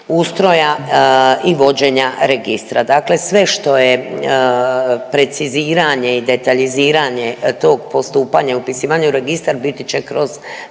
ustroja i vođenja registra, dakle sve što je preciziranje i detaljiziranje tog postupanja i upisivanje u registar biti će kroz